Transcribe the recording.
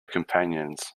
companions